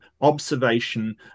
observation